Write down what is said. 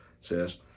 says